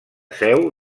seu